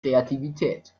kreativität